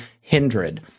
hindered